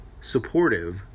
supportive